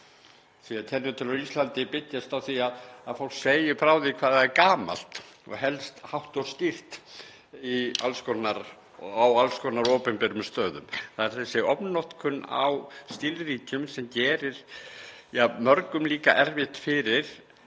því kennitölur á Íslandi byggjast á því að fólk segi frá því hvað það er gamalt og helst hátt og skýrt á alls konar opinberum stöðum. Það er þessi ofnotkun á skilríkjum sem gerir mörgum erfitt fyrir